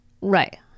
Right